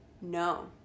no